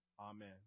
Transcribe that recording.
Amen